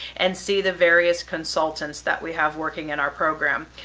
and see the various consultants that we have working in our program.